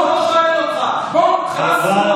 חבר הכנסת פרוש,